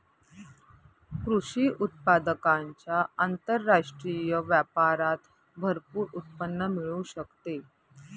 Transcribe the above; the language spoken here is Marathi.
कृषी उत्पादकांच्या आंतरराष्ट्रीय व्यापारात भरपूर उत्पन्न मिळू शकते